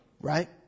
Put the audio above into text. right